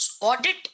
audit